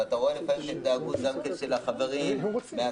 אתה רואה לפעמים את ההתנהגות של החברים מהצד